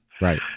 right